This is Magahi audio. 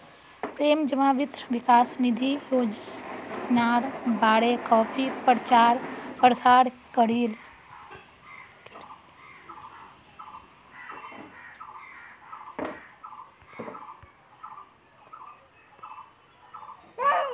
प्रेम जमा वित्त विकास निधि योजनार बारे काफी प्रचार प्रसार करील